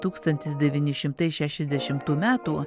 tūkstantis devyni šimtai šešiasdešimtų metų